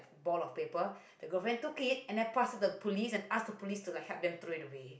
ball of paper the girlfriend too kid and then pass to the police and ask the police to like help them throw it away